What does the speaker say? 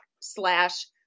slash